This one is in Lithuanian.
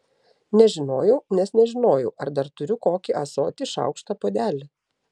nežinojau nes nežinojau ar dar turiu kokį ąsotį šaukštą puodelį